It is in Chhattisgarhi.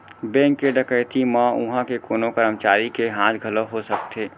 बेंक के डकैती म उहां के कोनो करमचारी के हाथ घलौ हो सकथे